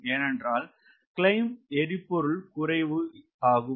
ஏனென்றால் க்ளைம்ப் எரிபொருள் குறைவு ஆகும்